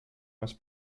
más